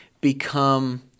become